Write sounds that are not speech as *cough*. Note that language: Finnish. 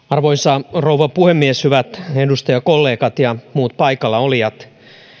*unintelligible* arvoisa rouva puhemies hyvät edustajakollegat ja muut paikalla olijat